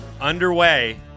underway